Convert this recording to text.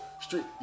street